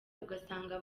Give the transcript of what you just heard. ugasanga